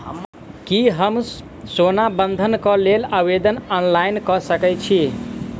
की हम सोना बंधन कऽ लेल आवेदन ऑनलाइन कऽ सकै छी?